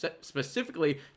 specifically